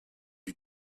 die